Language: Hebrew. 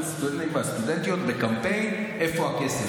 הסטודנטים והסטודנטיות בקמפיין "איפה הכסף".